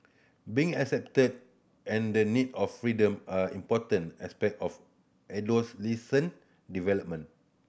being accepted and the need of freedom are important aspect of adolescent development